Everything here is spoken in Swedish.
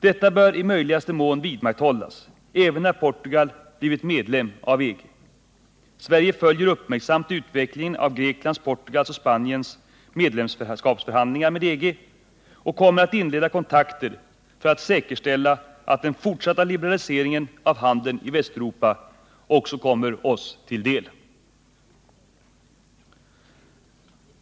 Detta bör i möjligaste mån vidmakthållas även när Portugal blivit medlem av EG. Sverige följer uppmärksamt utvecklingen av Greklands, Portugals och Spaniens medlemskapsförhandlingar med EG och kommer att inleda kontakter för att säkerställa att den fortsatta liberaliseringen av handeln i Västeuropa också kommer oss till del.